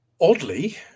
oddly